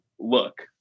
look